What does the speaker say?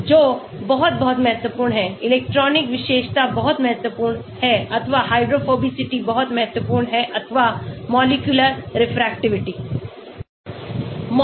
जो बहुत बहुत महत्वपूर्ण है इलेक्ट्रॉनिक विशेषता बहुत महत्वपूर्ण है अथवा हाइड्रोफोबिसिटी बहुत महत्वपूर्ण हैअथवा molecular refractivity